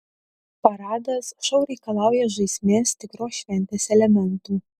paradas šou reikalauja žaismės tikros šventės elementų